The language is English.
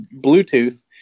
Bluetooth